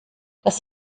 das